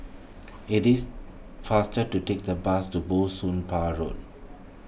it is faster to take the bus to Bah Soon Pah Road